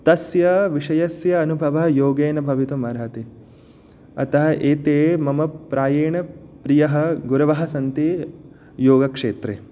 तस्य विषयस्य अनुभवः योगेन भवितुमर्हति अतः एते मम प्रायेण प्रियः गुरुव सन्ति योगक्षेत्रे